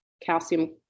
calcium